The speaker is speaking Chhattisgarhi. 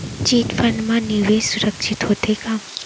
चिट फंड मा निवेश सुरक्षित होथे का?